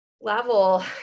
level